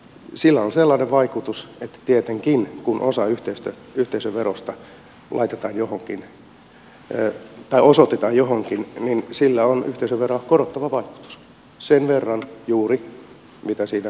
sillä on sellainen vaikutus että tietenkin kun osa yhteisöverosta osoitetaan johonkin sillä on yhteisöveroa korottava vaikutus sen verran juuri mitä siitä menee